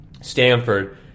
Stanford